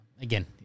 Again